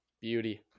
Beauty